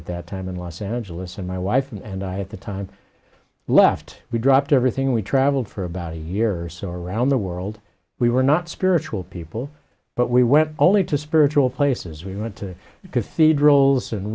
at that time in los angeles and my wife and i had to time left we dropped everything we travelled for about a year or so around the world we were not spiritual people but we went only to spiritual places we went to